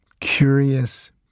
Curious